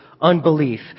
unbelief